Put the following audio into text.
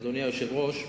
אדוני היושב-ראש,